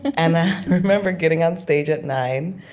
and i remember getting on stage at nine,